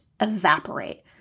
evaporate